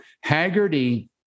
Haggerty